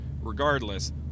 regardless